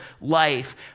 life